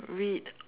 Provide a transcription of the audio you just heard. read